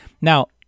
Now